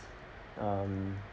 um